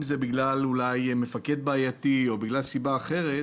אם זה בגלל מפקד בעייתי או בגלל סיבה אחרת,